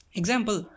example